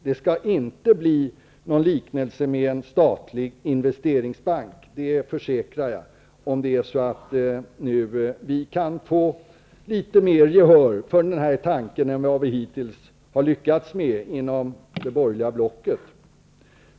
Det skall inte bli något liknande en statlig investeringsbank -- det försäkrar jag -- om vi får litet mer gehör för den tanken än vi hittills har lyckats få inom det borgerliga blocket.